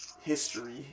history